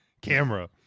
camera